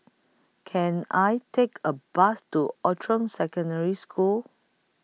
Can I Take A Bus to Outram Secondary School